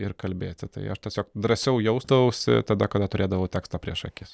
ir kalbėti tai aš tiesiog drąsiau jausdavausi tada kada turėdavau tekstą prieš akis